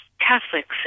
Catholics